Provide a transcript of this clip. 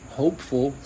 hopeful